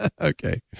Okay